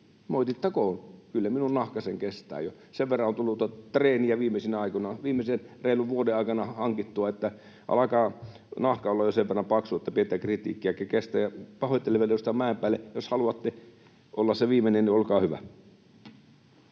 moitittakoon. Kyllä minun nahkani sen kestää jo. Sen verran on tullut treeniä viimeisen reilun vuoden aikana hankittua, että alkaa nahka olla jo sen verran paksu, että pientä kritiikkiäkin kestää. Pahoittelen vielä edustaja Mäenpäälle. Jos haluatte olla se viimeinen, niin olkaa hyvä.